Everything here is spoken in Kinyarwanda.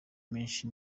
menshi